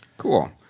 Cool